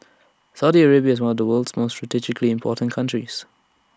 Saudi Arabia is one of the world's most strategically important countries